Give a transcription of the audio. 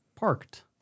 Parked